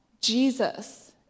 Jesus